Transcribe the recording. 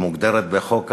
היא מוגדרת בחוק העונשין.